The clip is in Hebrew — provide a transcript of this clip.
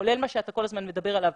כולל מה שאתה כל הזמן מדבר עליו,